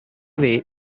way